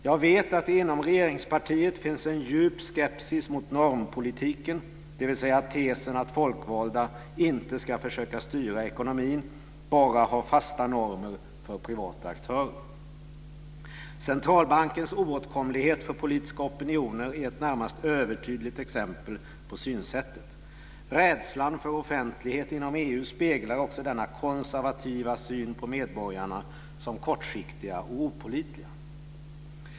Jag vet att det inom regeringspartiet finns en djup skepsis mot normpolitiken, dvs. tesen att folkvalda inte ska försöka styra ekonomin, bara ha fasta normer för privata aktörer. Centralbankens oåtkomlighet för politiska opinioner är närmast ett övertydligt exempel på synsättet. Rädslan för offentlighet inom EU speglar också denna konservativa syn på medborgarna som kortsiktiga och opålitliga.